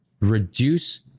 reduce